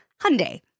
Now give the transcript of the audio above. Hyundai